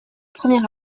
premier